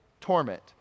torment